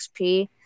XP